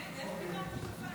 אני מתכבד להביא בפני הכנסת לקריאה